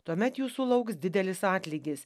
tuomet jūsų lauks didelis atlygis